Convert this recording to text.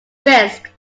risk